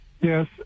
Yes